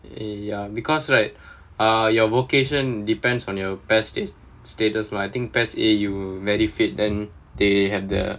ya because right uh your vocation depends on your P_E_S status lah I think P_E_S A you medically fit then they have the